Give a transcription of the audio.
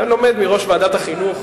אתה לומד מראש ועדת החינוך,